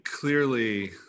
clearly